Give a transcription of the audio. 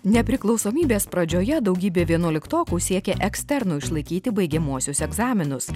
nepriklausomybės pradžioje daugybė vienuoliktokų siekė eksternu išlaikyti baigiamuosius egzaminus